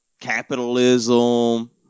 capitalism